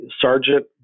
Sergeant